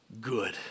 good